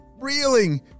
reeling